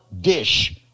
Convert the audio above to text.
dish